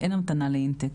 אין המתנה לאינטייק.